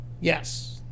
yes